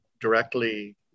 directly